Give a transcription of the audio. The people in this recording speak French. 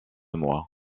moi